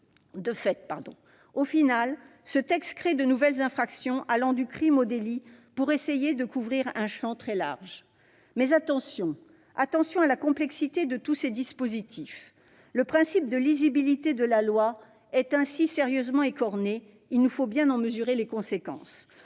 définitive, ce texte crée de nouvelles infractions allant du crime au délit pour essayer de couvrir un champ très large. Mais attention ! Attention à la complexité de tous ces dispositifs : le principe de lisibilité de la loi est ainsi sérieusement écorné, et il nous faut bien en mesurer les conséquences.